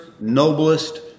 noblest